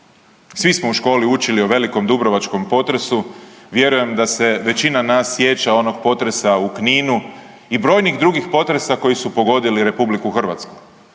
Svi smo u školi učili o velikom dubrovačkom potresu, vjerujem da se većina nas sjeća onoga potresa u Kninu i brojnih drugih potresa koji su pogodili RH.